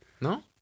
No